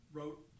Wrote